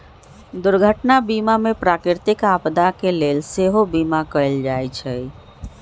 दुर्घटना बीमा में प्राकृतिक आपदा के लेल सेहो बिमा कएल जाइ छइ